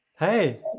Hey